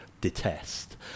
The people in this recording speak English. detest